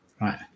Right